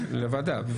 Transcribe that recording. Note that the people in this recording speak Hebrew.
ולוועדה.